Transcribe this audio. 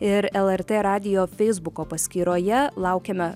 ir lrt radijo feisbuko paskyroje laukiame